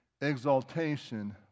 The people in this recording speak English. Exaltation